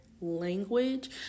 language